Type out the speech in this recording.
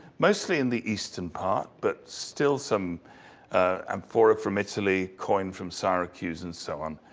mostly in the eastern part, but still some amphora from italy, coin from syracuse, and so on.